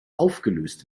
aufgelöst